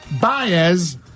Baez